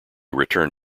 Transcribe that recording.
returned